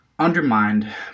undermined